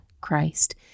Christ